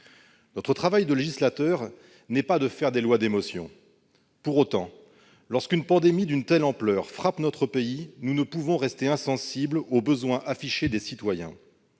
Notre travail de législateur n'est pas de faire des lois d'émotion. Pour autant, lorsqu'une pandémie d'une telle ampleur frappe notre pays, nous ne pouvons rester insensibles au besoin affiché des citoyens.